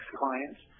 clients